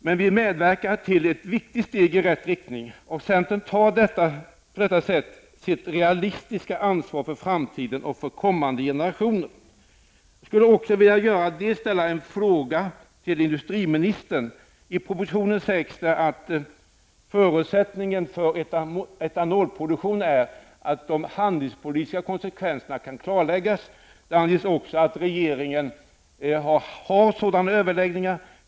Men vi medverkar till ett viktigt steg i rätt riktning. Centern tar på detta sätt sitt realistiska ansvar för framtiden och för kommande generationer. Jag skulle också vilja ställa en fråga till industriministern. I propositionen skrivs det att förutsättningen för etanolproduktionen är att de handelspolitiska konsekvenserna kan klarläggas. Där anges också att regeringen har sådana överläggningar.